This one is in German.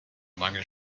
mangel